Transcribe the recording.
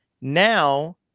Now